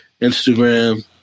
Instagram